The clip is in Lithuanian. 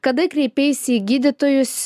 kada kreipeisi į gydytojus